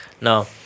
No